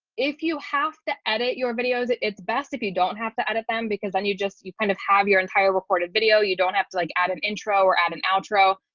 if you have to edit your videos, it's best if you don't have to edit them because then you just you kind of have your entire recorded video you don't have to like add an intro or add an intro.